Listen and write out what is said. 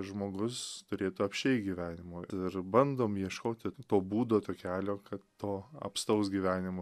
žmogus turėtų apsčiai gyvenimo ir bandom ieškoti to būdo takelio kad to apstaus gyvenimo